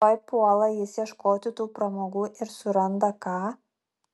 tuoj puola jisai ieškoti tų pramogų ir suranda ką